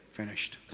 finished